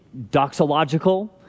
doxological